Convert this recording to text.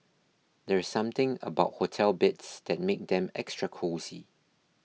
there's something about hotel beds that makes them extra cosy